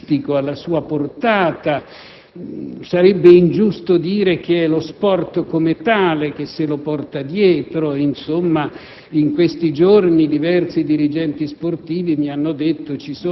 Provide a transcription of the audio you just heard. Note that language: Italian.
contesto, legati alle dimensioni del fenomeno calcistico e alla sua portata. Sarebbe ingiusto dire che è lo sport in quanto tale che se li porta dietro.